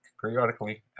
periodically